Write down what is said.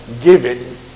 given